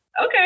okay